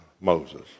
Moses